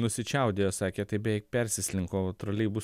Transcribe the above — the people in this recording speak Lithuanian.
nusičiaudėjo sakė tai beveik persislinko troleibus